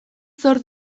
zor